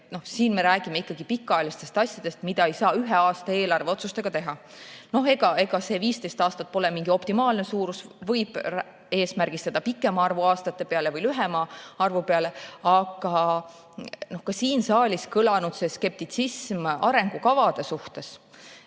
Siin me räägime ikkagi pikaajalistest asjadest, mida ei saa ühe aasta eelarveotsustega teha. Ega see 15 aastat pole mingi optimaalne suurus, võib eesmärgistada suurema arvu või väiksema arvu aastate peale. Aga ka siin saalis on kõlanud skeptitsismi arengukavade suhtes.